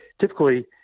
typically